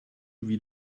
wie